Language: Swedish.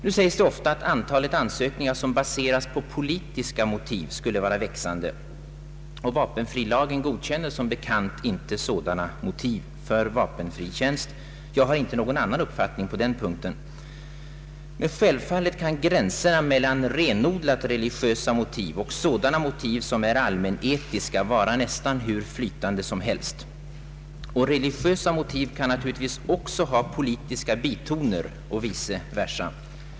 Nu sägs det ofta att antalet ansökningar som baseras på politiska motiv skulle vara växande, och vapenfrilagen godkänner som bekant inte sådana motiv för vapenfri tjänst. Jag har inte nånågon annan uppfattning på den punkten. Men självfallet kan gränserna mellan renodlat religiösa motiv och sådana motiv som är allmänetiska vara nästan hur flytande som helst, och religiösa motiv kan naturligtvis också ha politiska bitoner och vice versa.